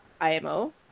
IMO